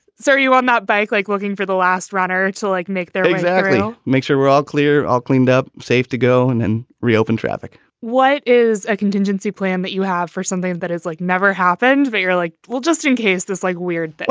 sir. you on that bike like looking for the last runner to like make there. exactly make sure we're all clear. all cleaned up. safe to go in and reopen traffic what is a contingency plan that you have for something that is like never happened? but are like, well, just in case this like weird.